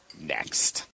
next